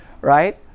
right